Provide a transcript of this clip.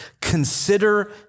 consider